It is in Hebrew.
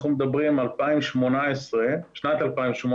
אנחנו מדברים בשנת 2018,